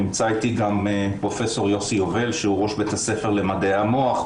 נמצא איתי גם פרופ' יוסי יובל שהוא ראש בית הספר למדעי המוח,